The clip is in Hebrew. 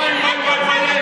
וואי וואי וואי.